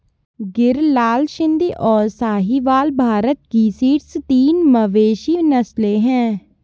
गिर, लाल सिंधी, और साहीवाल भारत की शीर्ष तीन मवेशी नस्लें हैं